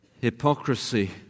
hypocrisy